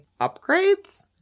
upgrades